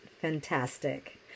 Fantastic